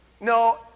No